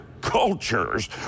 cultures